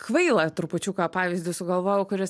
kvailą trupučiuką pavyzdį sugalvojau kuris